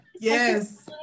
yes